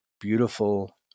beautiful